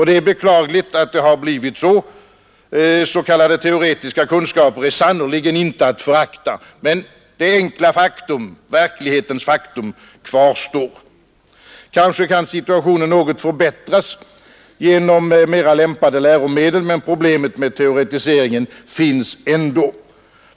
Det är beklagligt att det blivit så — s.k. teoretiska kunskaper är sannerligen inte att förakta — men det enkla faktum, verklighetens faktum, kvarstår. Kanske kan situationen något förbättras genom mera lämpade läromedel, men problemet med teoretiseringen finns ändå.